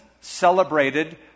celebrated